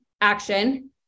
action